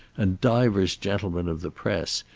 and divers gentlemen of the press,